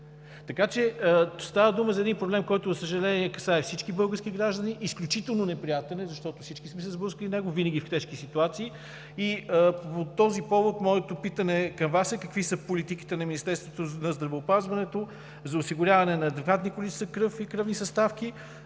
Така че става дума за един проблем, който, за съжаление, касае всички български граждани. Изключително неприятен е, защото всички сме се сблъсквали с него винаги в тежки ситуации. И по този повод моето питане към Вас е: какви са политиките на Министерството на здравеопазването за осигуряване на адекватни количества кръв и кръвни съставки